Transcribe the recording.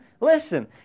listen